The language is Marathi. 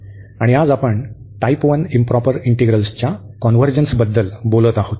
आणि आज आपण टाइप 1 इंप्रॉपर इंटीग्रलसच्या कॉन्व्हर्जन्सबद्दल बोलत आहोत